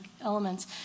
elements